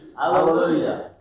Hallelujah